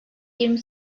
yirmi